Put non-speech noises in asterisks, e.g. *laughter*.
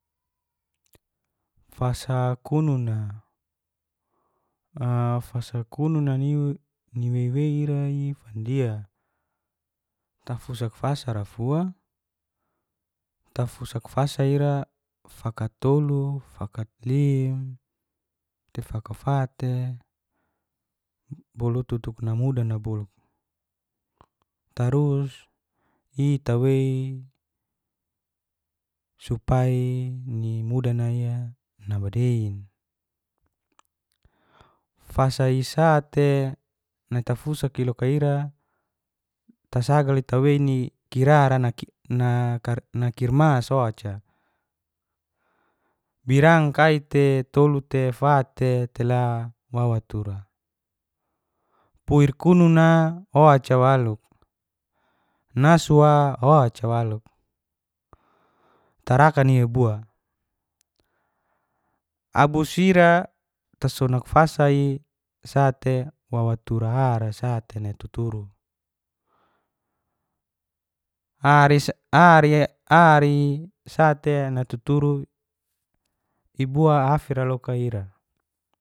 Fasa kununa. Fasa kununa ni wewe ira ia fandia tafusak fasa rafua tafusak fasa ira fakat tolu, fakat lim, te fakafate bolu tutuk na mudana bolu tarus itawe supai ni mudania na badain, fasa isate nai tafusak iloka ira tasagali tawe ni kirara na *hesitation* kirmas oaca birang kaite tolute fate tela wawatura puirkununa oaca waluk nasuwa oaca waluk tarakan iebuwa abu sira tasunak fasai sate wawa tura ara sate netuturu *hesitation* ari sate netuturu ibuwa afira loka ira